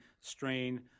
strain